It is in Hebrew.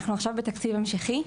עכשיו אנחנו בתקציב המשכי,